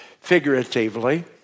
figuratively